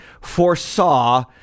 foresaw